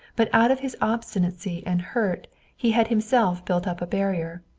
but out of his obstinacy and hurt he had himself built up a barrier.